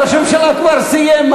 ראש הממשלה כבר סיים,